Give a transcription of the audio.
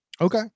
okay